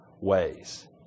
ways